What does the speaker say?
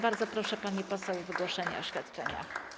Bardzo proszę, pani poseł, o wygłoszenie oświadczenia.